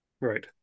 right